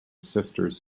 sisters